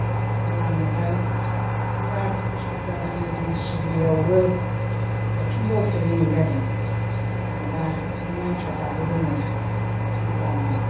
सोरखौबा लांबाय बिराद खस्थ' जादों ओयदिन सिदलियावबो आथिं गावफायलायनाय जादों माबा बे मानसिया दाबो दङ हेग्ला नाम